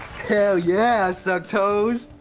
hell, yeah, i suck toes!